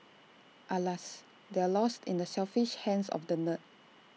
alas they're lost in the selfish hands of the nerd